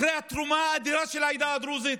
אחרי התרומה האדירה של העדה הדרוזית,